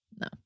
No